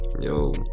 Yo